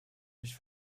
mich